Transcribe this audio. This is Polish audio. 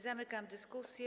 Zamykam dyskusję.